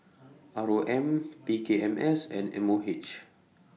R O M P K M S and M O H